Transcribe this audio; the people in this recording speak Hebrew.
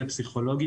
הפסיכולוגי,